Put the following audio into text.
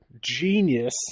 Genius